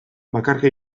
bakarka